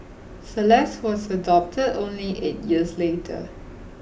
Celeste was adopted only eight years later